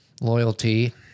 Loyalty